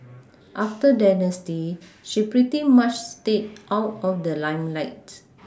after Dynasty she pretty much stayed out of the limelight